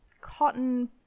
cotton